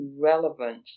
relevant